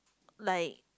like